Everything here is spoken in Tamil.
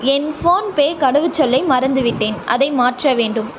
என் ஃபோன்பே கடவுச்சொல்லை மறந்துவிட்டேன் அதை மாற்ற வேண்டும்